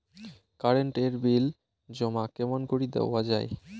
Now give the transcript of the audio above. Current এর bill জমা কেমন করি দেওয়া যায়?